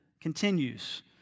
continues